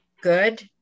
good